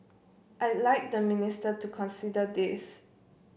I'd like the minister to consider this